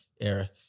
era